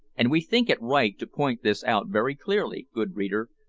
and we think it right to point this out very clearly, good reader,